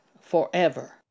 forever